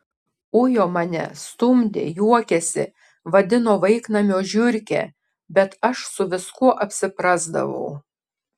ujo mane stumdė juokėsi vadino vaiknamio žiurke bet aš su viskuo apsiprasdavau